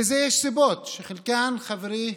לזה יש סיבות, ואת חלקן חברי